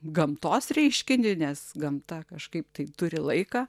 gamtos reiškinį nes gamta kažkaip tai turi laiką